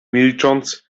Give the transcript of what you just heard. milcząc